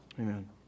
Amen